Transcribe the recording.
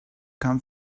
come